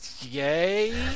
yay